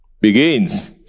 begins